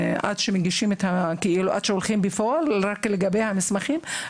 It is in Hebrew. אבל עד שמגישים בפועל את המסמכים,